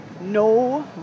No